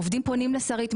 עובדים פונים לשרית,